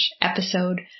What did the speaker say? episode